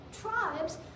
tribes